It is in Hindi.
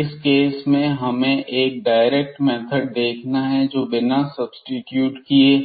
इस केस में हमें एक डायरेक्ट मेथड देखना है जो बिना सब्सीट्यूट किए